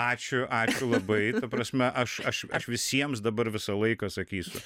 ačiū ačiū labai ta prasme aš aš aš visiems dabar visą laiką sakysiu